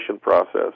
process